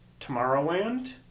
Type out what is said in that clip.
Tomorrowland